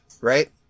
right